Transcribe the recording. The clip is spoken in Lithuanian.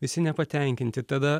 visi nepatenkinti tada